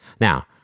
Now